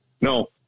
No